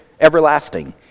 everlasting